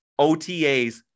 OTAs